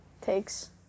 takes